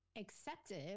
accepted